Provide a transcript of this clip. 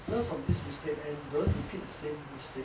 learn from this mistake and don't repeat the same mistake